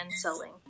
selling